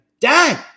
dad